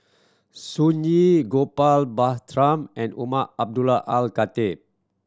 Sun Yee Gopal Baratham and Umar Abdullah Al Khatib